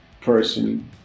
person